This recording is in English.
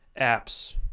apps